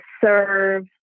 serve